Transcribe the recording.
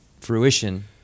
fruition